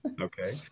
okay